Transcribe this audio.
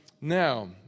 now